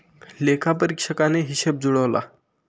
लेखापरीक्षकाने हिशेब जुळवला